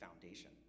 foundation